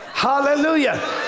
Hallelujah